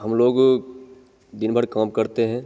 हम लोग दिनभर काम करते हैं